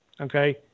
Okay